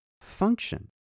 function